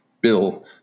bill